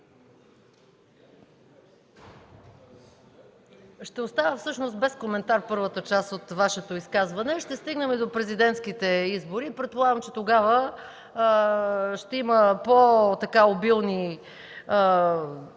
Ще оставя без коментар първата част от изказването Ви. Ще стигнем и до президентските избори. Предполагам, че тогава ще има по-обилни